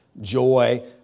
joy